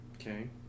Okay